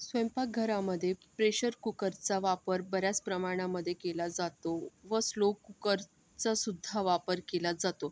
स्वयंपाकघरामध्ये प्रेशर कुकरचा वापर बऱ्याच प्रमाणामध्ये केला जातो व स्लो कुकरचासुद्धा वापर केला जातो